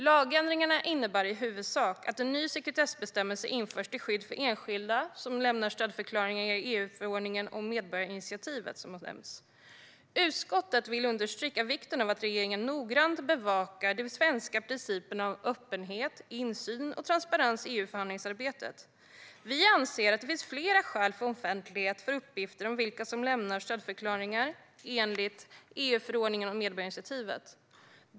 Lagändringarna innebär i huvudsak att en ny sekretessbestämmelse införs till skydd för enskilda som lämnar stödförklaringar enligt EU-förordningen om medborgarinitiativet, som har nämnts. Utskottet vill understryka vikten av att regeringen noggrant bevakar de svenska principerna om öppenhet, insyn och transparens i EU-förhandlingsarbetet. Vi anser att det finns flera skäl för offentlighet för uppgifter om vilka som lämnar stödförklaringar enligt EU-förordningen om medborgarinitiativet.